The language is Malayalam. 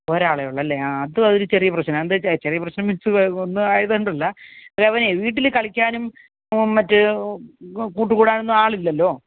ഒരാളെ ഉള്ളു അല്ലേ ആ അതൊരു ചെറിയ പ്രശ്നമാണ് ചെറിയ പ്രശ്നം മീൻസ് ഒന്ന് ആയതു കൊണ്ടല്ല പിന്നെ അവനെ വീട്ടിൽ കളിക്കാനും മറ്റ് കൂട്ടു കൂടാനൊന്നും ആളില്ലല്ലോ